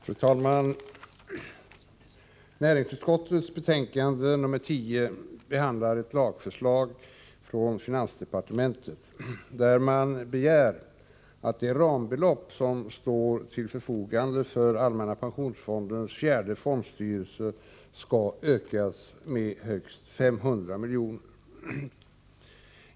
Fru talman! Näringsutskottets betänkande nr 10 behandlar ett lagförslag från finansdepartementet, där man begär att det rambelopp som står till förfogande för allmänna pensionsfondens fjärde fondstyrelse skall ökas med högst 500 miljoner.